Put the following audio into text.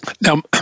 Now